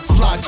Fly